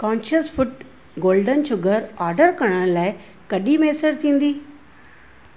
conscious food golden sugar order करण लाइ कॾहिं मुयसरु थींदी